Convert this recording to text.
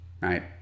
right